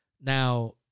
Now